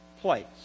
place